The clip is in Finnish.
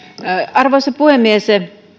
arvoisa puhemies